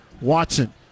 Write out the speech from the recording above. Watson